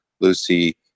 Lucy